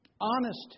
honest